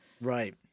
Right